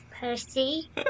Percy